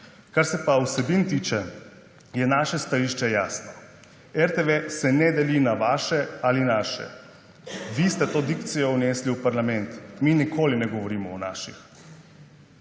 Kar se pa vsebin tiče, je naše stališče jasno. RTV se ne deli na vaše ali naše. Vi ste to dikcijo vnesli v parlament. Mi nikoli ne govorimo o naših,